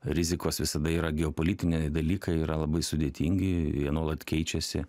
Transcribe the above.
rizikos visada yra geopolitiniai dalykai yra labai sudėtingi jie nuolat keičiasi